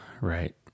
Right